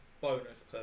bonus